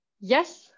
Yes